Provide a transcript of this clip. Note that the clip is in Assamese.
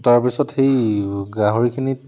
তাৰপিছত সেই গাহৰিখিনিত